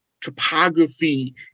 topography